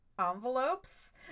envelopes